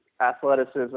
athleticism